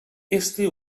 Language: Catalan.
este